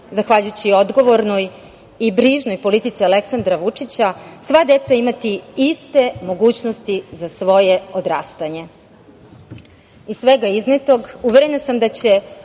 zahvaljujući odgovornoj i brižnoj politici Aleksandra Vučića, sva deca imati iste mogućnosti za svoje odrastanje. Iz